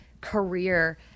career